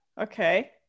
Okay